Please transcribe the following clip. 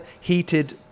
heated